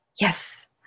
Yes